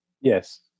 Yes